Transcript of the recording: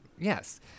yes